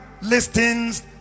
Listings